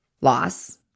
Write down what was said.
loss